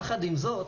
יחד עם זאת,